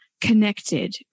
connected